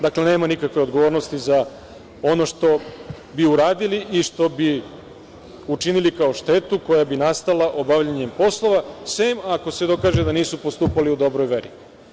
Dakle, nema nikakve odgovornosti za ono što bi uradili i što bi učinili kao štetu koja bi nastala obavljanjem poslova, sem ako se dokaže da nisu postupali u dobroj veri.